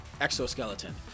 exoskeleton